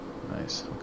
Nice